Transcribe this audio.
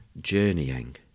journeying